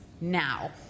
now